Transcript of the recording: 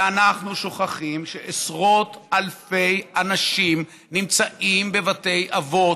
ואנחנו שוכחים שעשרות אלפי אנשים נמצאים בבתי אבות,